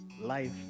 life